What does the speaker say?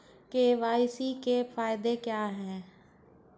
KYC के फायदे क्या है?